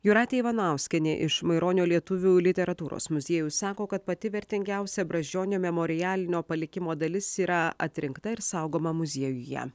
jūratė ivanauskienė iš maironio lietuvių literatūros muziejaus sako kad pati vertingiausia brazdžionio memorialinio palikimo dalis yra atrinkta ir saugoma muziejuje